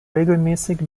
regelmäßig